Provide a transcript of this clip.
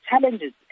challenges